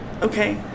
Okay